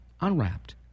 unwrapped